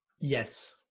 Yes